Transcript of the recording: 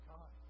God